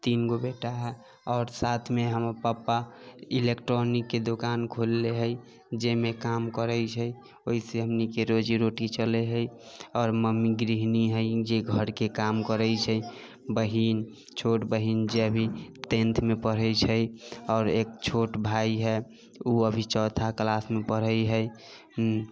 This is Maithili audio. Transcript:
तीनगो बेटा हइ आओर साथमे हमर पप्पा ईलेक्ट्रोनिकके दुकान खोलले हइ जाहिमे काम करैत छै ओहि से हमनीके रोजी रोटी चलैत हइ आओर मम्मी गृहणी हइ जे घरके काम करैत छै बहीन छोट बहीन जे अभी टेन्थमे पढ़ैत छै आओर एक छोट भाइ हइ ओ अभी चौथा क्लासमे पढ़ैत हइ